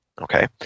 Okay